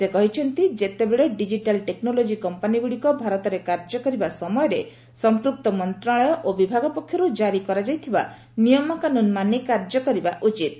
ସେ କହିଛନ୍ତି digital technology କମ୍ପାନୀଗୁଡ଼ିକ ଭାରତରେ କାର୍ଯ୍ୟ କରିବା ସମୟରେ ସଂପୃକ୍ତ ମନ୍ତ୍ରଣାଳୟ ଓ ବିଭାଗ ପକ୍ଷରୁ କାରୀ କରାଯାଇଥିବା ନିୟମକାନୁନ ମାନି କାର୍ଯ୍ୟ କରିବା ଉଚିତ୍